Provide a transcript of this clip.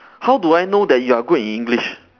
how do I know that you are good in english